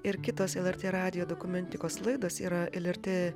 ir kitos lrt radijo dokumentikos laidos yra lrt